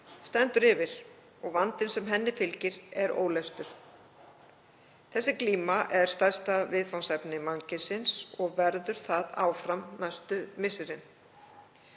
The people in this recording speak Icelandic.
stendur yfir og vandinn sem henni fylgir er óleystur. Þessi glíma er stærsta viðfangsefni mannkynsins og verður það áfram næstu missirin.